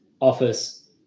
office